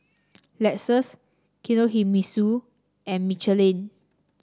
Lexus Kinohimitsu and Michelin